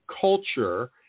culture